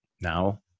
now